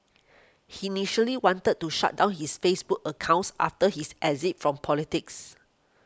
he initially wanted to shut down his Facebook accounts after his exit from politics